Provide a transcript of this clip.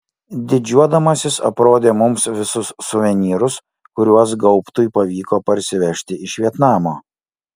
didžiuodamasis aprodė mums visus suvenyrus kuriuos gaubtui pavyko parsivežti iš vietnamo